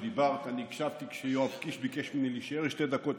אני הקשבתי כשיואב קיש ביקש ממני להישאר שתי דקות,